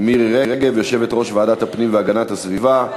מירי רגב, יושבת-ראש ועדת הפנים והגנת הסביבה,